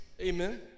Amen